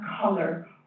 color